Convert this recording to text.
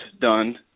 done